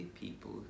people